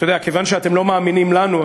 כיוון שאתם לא מאמינים לנו,